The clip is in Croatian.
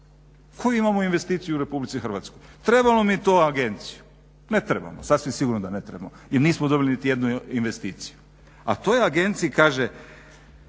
Koju imamo investiciju u Republici Hrvatskoj, trebamo li mi tu agenciju? Ne trebamo, sasvim sigurno da ne trebamo i nismo dobili niti jednu investiciju A toj agenciji kaže